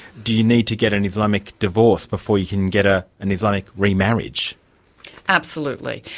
do you need to get an islamic divorce before you can get ah an islamic re-marriage? absolutely.